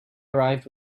arrived